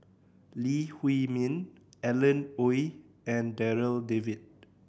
Lee Huei Min Alan Oei and Darryl David